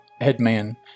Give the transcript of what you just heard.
headman